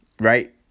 right